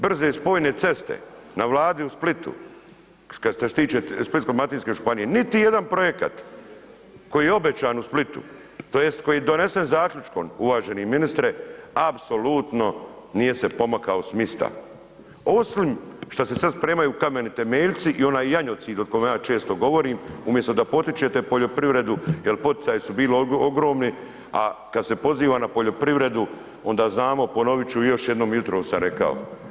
Brze spojne ceste na vladi u Splitu kada se tiče Splitsko-dalmatinske županije niti jedan projekat koji je obećan u Splitu tj. koji je donesen zaključkom uvaženi ministre, apsolutno nije se pomakao s mista, osim što se sada spremaju kameni temeljci i onaj janjocid o kojem ja često govorim, umjesto da potičete poljoprivredu jel poticaji su bili ogromni, a kada se poziva na poljoprivredu onda znamo ponovit ću još jednom i jutros sam rekao.